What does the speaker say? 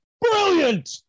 Brilliant